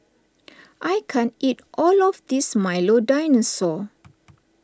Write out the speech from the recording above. I can't eat all of this Milo Dinosaur